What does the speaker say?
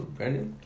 Brandon